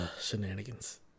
Shenanigans